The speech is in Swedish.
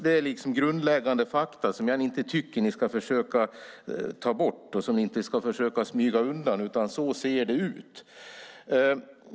Det är liksom grundläggande fakta som jag tycker att ni inte ska försöka smyga undan, för så ser det ut.